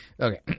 Okay